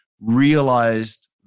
realized